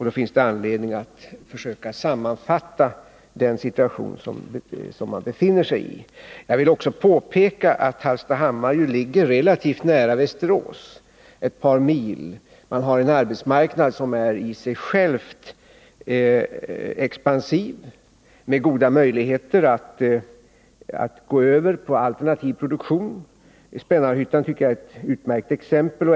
Då finns det anledning att försöka sammanfatta den situation som man befinner sig i. Jag vill också påpeka att Hallstahammar ligger relativt nära Västerås — ett par mil därifrån. Arbetsmarknaden är i sig själv expansiv, och man har goda möjligheter att gå över till alternativ produktion. Spännarhyttan tycker jag är ett utmärkt exempel.